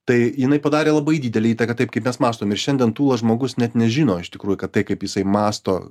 tai jinai padarė labai didelę įtaką taip kaip mes mąstom ir šiandien tūlas žmogus net nežino iš tikrųjų kad tai kaip jisai mąsto